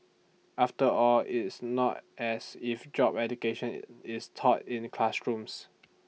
after all it's not as if job education is taught in classrooms